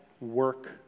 work